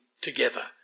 together